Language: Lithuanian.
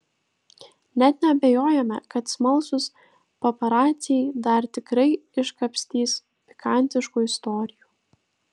net neabejojame kad smalsūs paparaciai dar tikrai iškapstys pikantiškų istorijų